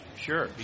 sure